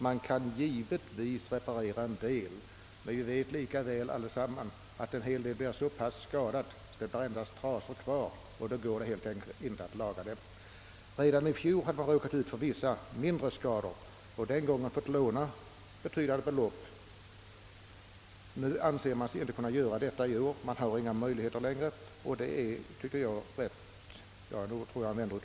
Naturligtvis kan man reparera en del, men många redskap skadas så grundligt att det bara blir trasor kvar. Och då går det inte att laga dem. Redan i fjol råkade man ut för vissa mindre skador, men den gången fick man låna betydande belopp. Det anser man sig inte kunna i år. Det finns inga möjligheter att låna. Detta tycker jag är sorgligt.